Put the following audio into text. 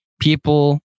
people